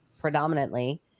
predominantly